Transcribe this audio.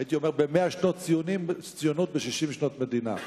הייתי אומר ב-100 שנות ציונות וב-60 שנות מדינה.